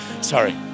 Sorry